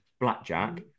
blackjack